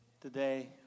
today